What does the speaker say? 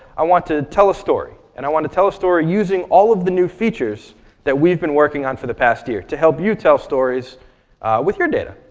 i want to tell a story. and i want to tell a story using all of the new features that we've been working on for the past year, to help you tell stories with your data.